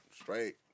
straight